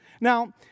Now